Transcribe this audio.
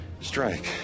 strike